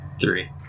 Three